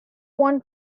want